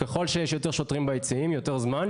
ככל שיש יותר שוטרים ביציעים יותר זמן,